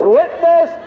witness